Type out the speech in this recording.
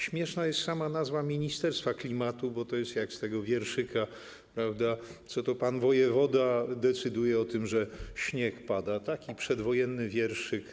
Śmieszna jest sama nazwa ministerstwa klimatu, bo to jest jak z tego wierszyka, prawda, co to pan wojewoda decyduje o tym, że śnieg pada - taki przedwojenny wierszyk.